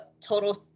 Total